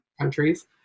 countries